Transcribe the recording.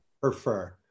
Prefer